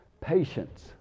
Patience